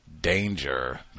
danger